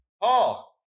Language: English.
Paul